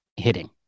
Hitting